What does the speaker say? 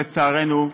לצערנו,